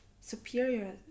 superior